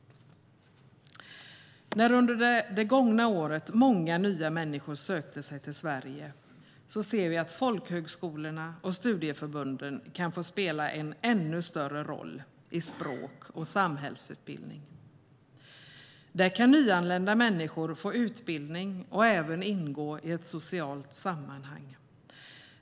Under det gångna året sökte sig många människor till Sverige, och vi ser att folkhögskolorna och studieförbunden kan få spela en ännu större roll i språk och samhällsutbildning. Där kan nyanlända människor få utbildning och även ingå i ett socialt sammanhang.